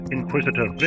Inquisitor